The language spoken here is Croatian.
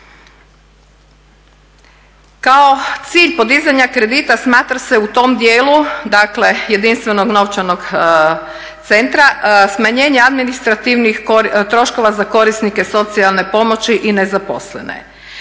Kao cilj podizanja kredita smatra se u tom dijelu, dakle jedinstvenog novčanog centra smanjenje administrativnih troškova za korisnike socijalne pomoći i nezaposlene.